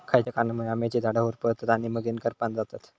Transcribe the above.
खयच्या कारणांमुळे आम्याची झाडा होरपळतत आणि मगेन करपान जातत?